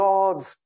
God's